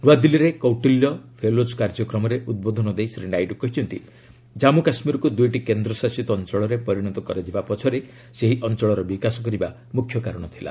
ନୂଆଦିଲ୍ଲୀରେ କୌଟିଲ୍ୟ ଫେଲୋକ୍ କାର୍ଯ୍ୟକ୍ରମରେ ଉଦ୍ବୋଧନ ଦେଇ ଶ୍ରୀ ନାଇଡୁ କହିଛନ୍ତି କାଶ୍ମୁ କାଶ୍ମୀରକୁ ଦୁଇଟି କେନ୍ଦ୍ରଶାସିତ ଅଞ୍ଚଳରେ ପରିଣତ କରାଯିବା ପଛରେ ସେହି ଅଞ୍ଚଳର ବିକାଶ କରିବା ମୁଖ୍ୟ କାରଣ ଥିଲା